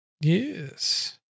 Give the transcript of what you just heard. Yes